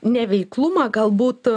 neveiklumą galbūt